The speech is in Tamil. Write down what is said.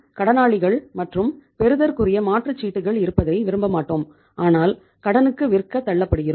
நாம் கடனாளிகள் மற்றும் பெறுதற்குரிய மாற்று சீட்டுகள் இருப்பதை விரும்ப மாட்டோம் ஆனால் கடனுக்கு விற்க தள்ளப்படுகிறோம்